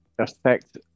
affect